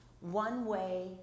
one-way